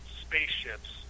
spaceships